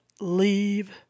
leave